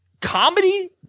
comedy